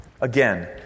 Again